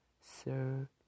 Sir